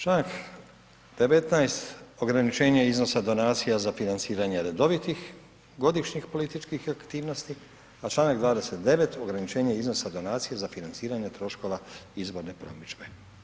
Čl. 19. ograničenje iznosa donacija za financiranje redovitih godišnjih političkih aktivnosti, a čl. 29. ograničenje iznosa donacije za financiranje troškova izborne promidžbe.